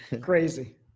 Crazy